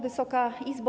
Wysoka Izbo!